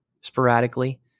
sporadically